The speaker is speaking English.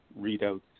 readouts